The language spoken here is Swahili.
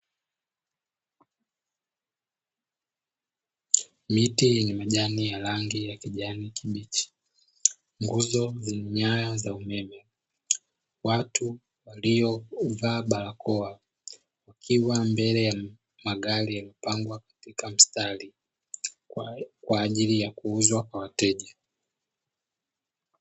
Miti yenye majani ya rangi ya kijani kibichi nguzo zenye nyaya za umeme, watu waliovaa barakoa wakiwa mbele ya magari yaliyopangwa katika mstari kwa ajili ya kuuzwa kwa wateja.